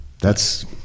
That's-